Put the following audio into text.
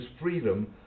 Freedom